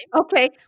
Okay